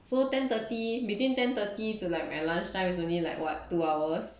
so ten thirty between ten thirty to like my lunch time is only like what two hours